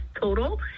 total